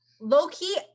low-key